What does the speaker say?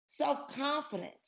self-confidence